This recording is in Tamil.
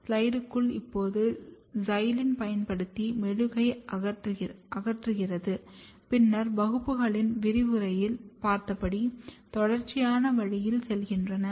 ஸ்லைடுகள் இப்போது சைலினைப் பயன்படுத்தி மெழுகை அகற்றுகிறது பின்னர் வகுப்புகளின் விரிவுரையில் பார்த்தபடி தொடர்ச்சியான வழியில் செல்கின்றன